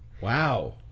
Wow